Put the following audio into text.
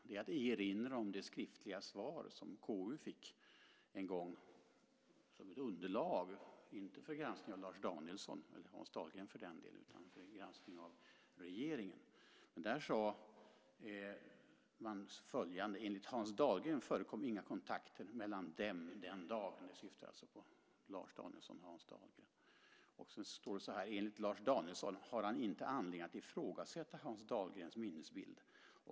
Jag vill erinra om det skriftliga svar som KU fick en gång som ett underlag, inte för granskning av Lars Danielsson, eller för den delen Hans Dahlgren, utan för granskning av regeringen. Där sade man följande: Enligt Hans Dahlgren förekom inga kontakter mellan dem den dagen. Det syftar alltså på Lars Danielsson och Hans Dahlgren. Sedan står det: Enligt Lars Danielsson har han inte anledning att ifrågasätta Hans Dahlgrens minnesbild.